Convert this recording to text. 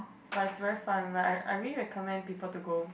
but is really fun I I really recommended people to go